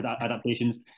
adaptations